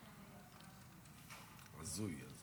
הזוי.